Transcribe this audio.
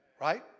Right